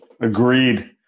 agreed